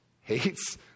hates